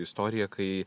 istorija kai